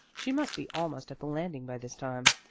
she must be almost at the landing by this time.